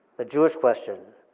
the jewish question.